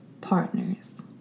partners